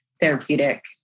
therapeutic